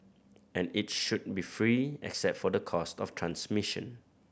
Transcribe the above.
and it should be free except for the cost of transmission